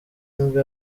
nibwo